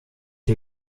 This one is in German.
nur